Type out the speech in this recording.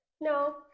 no